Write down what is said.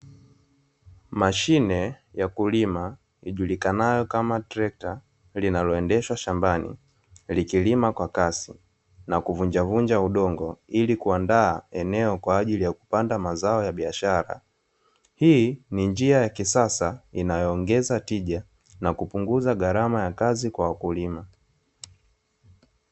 Mashine ya kulima ijulikanayo kama trekta linaloendeshwa shambani. Likilima kwa kasi na kuvunjavunja udongo ili kuandaa eneo kwa ajili ya kupanda mazao ya biashara. Hii ni njia ya kisasa inayoongeza tija na kupunguza gharama ya kazi kwa wakulima.